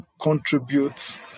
contributes